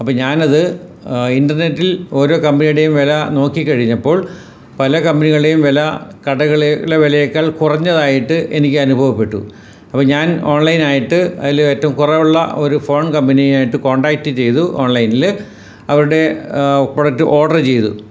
അപ്പം ഞാനത് ഇന്റർനെറ്റിൽ ഓരോ കമ്പനിടേം വില നോക്കിക്കഴിഞ്ഞപ്പോൾ പല കമ്പനികളുടേം വില കടകളുടെ വിലയേക്കാൾ കുറഞ്ഞതായിട്ട് എനിക്കനുഭവപ്പെട്ടു അപ്പം ഞാൻ ഓൺ ലൈനായിട്ട് അതിൽ ഏറ്റോം കുറവുള്ള ഒരു ഫാൻ കമ്പനിയായിട്ട് കോൺടാക്റ്റ് ചെയ്തു ഓൺ ലൈലൈൻൽ അവിടെ പ്രൊഡക്റ്റ് ഓർഡർ ചെയ്തു